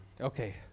okay